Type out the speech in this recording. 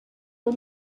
the